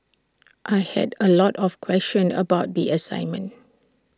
I had A lot of questions about the assignment